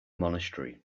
monastery